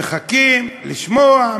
מחכים לשמוע,